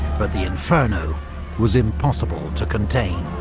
but the inferno was impossible to contain.